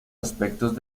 aspectos